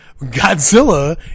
Godzilla